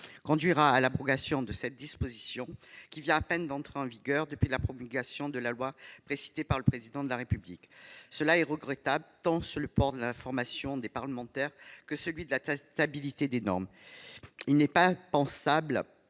conduira à l'abrogation de cette disposition, qui vient à peine d'entrer en vigueur depuis la promulgation de la loi précitée par le président de la République. C'est regrettable, tant sur le plan de l'information des parlementaires que sur celui de la stabilité des normes. Il n'est pas pensable